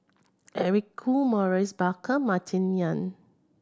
Eric Khoo Maurice Baker Martin Yan